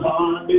on